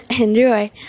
Enjoy